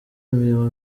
imirimo